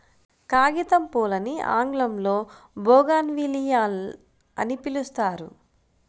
కాగితంపూలని ఆంగ్లంలో బోగాన్విల్లియ అని పిలుస్తారు